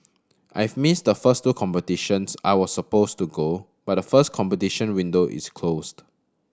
I've missed the first two competitions I was supposed to go to but the first competition window is closed